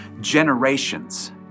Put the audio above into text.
generations